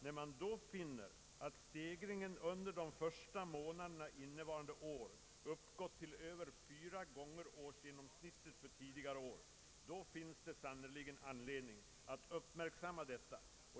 När man då finner att stegringen under de första månaderna innevarande år uppgått till över fyra gånger årsgenomsnittet för tidigare år, finns det sannerligen anledning att uppmärksamma detta.